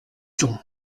jonc